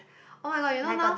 oh-my-god you know now